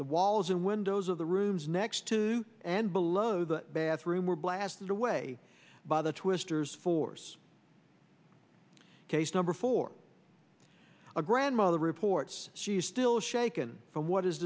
the walls and window most of the rooms next to and below the bathroom were blasted away by the twisters force case number four a grandmother reports she's still shaken from what is